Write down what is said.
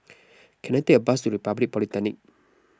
can I take a bus to Republic Polytechnic